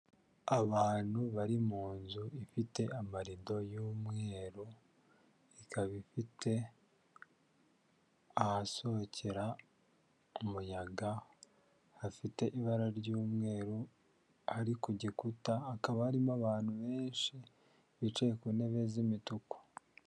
Abantu bari mu nzu ifite amarido y'umweru, ikaba ifite ahasohokera umuyaga, hafite ibara ry'umweru ari ku gikuta, hakaba harimo abantu benshi bicaye ku ntebe z'imituku.